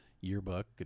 yearbook